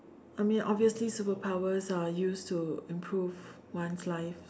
I mean obviously superpowers are used to improve one's life